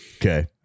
okay